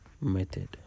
method